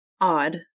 odd